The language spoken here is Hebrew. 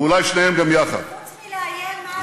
ואולי שניהם גם יחד, חוץ מלאיים מה אתה עושה?